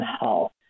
health